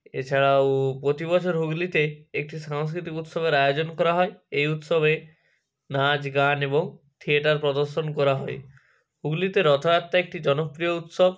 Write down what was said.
এছাড়াও প্রতিবছর হুগলিতে একটি সাংস্কৃতিক উৎসবের আয়োজন করা হয় এই উৎসবে নাচ গান এবং থিয়েটার প্রদর্শন করা হয় হুগলিতে রথযাত্রা একটি জনপ্রিয় উৎসব